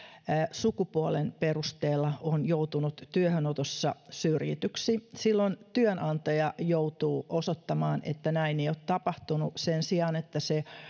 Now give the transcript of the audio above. sukupuolen perusteella on joutunut työhönotossa syrjityksi työnantaja joutuu osoittamaan että näin ei ole tapahtunut sen sijaan että